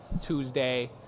Tuesday